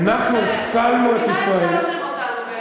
ממה הצלתם אותנו?